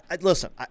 Listen